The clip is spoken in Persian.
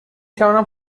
توانم